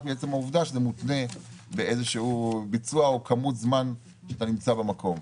רק מעצם העובדה שזה מותנה באיזשהו ביצוע או כמות זמן שאתה נמצא במקום.